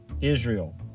Israel